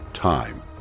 Time